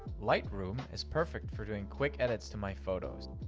lightroom is perfect for doing quick edits to my photos.